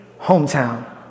hometown